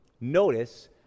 notice